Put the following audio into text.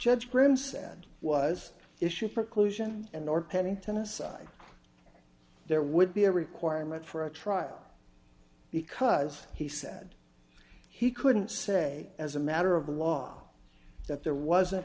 judge brinn said was issue preclusion and or pennington aside there would be a requirement for a trial because he said he couldn't say as a matter of the law that there wasn't